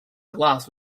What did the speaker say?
glass